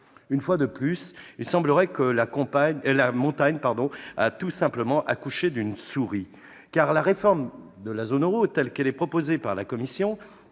Une fois de plus, il semblerait que la montagne ait tout simplement accouché d'une souris. La réforme de la zone euro, telle qu'elle est proposée par la Commission,